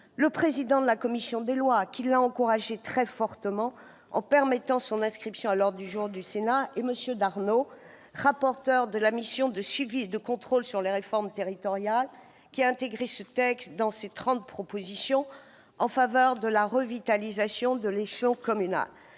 président de la commission des lois, qui l'a encouragée très fortement en permettant son inscription à l'ordre du jour du Sénat, Mathieu Darnaud, rapporteur de la mission de contrôle et de suivi de la mise en oeuvre des dernières lois de réforme territoriale, qui a intégré ce texte dans ses 30 propositions en faveur de la revitalisation de l'échelon communal,